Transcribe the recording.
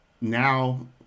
now